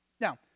Now